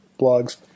blogs